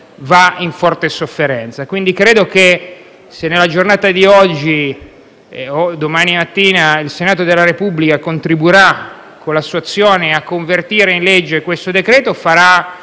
va in forte sofferenza. Quindi credo che se nella giornata di oggi - o domani mattina - il Senato della Repubblica contribuirà con la sua azione a convertire in legge questo decreto darà